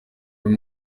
uyu